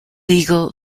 legal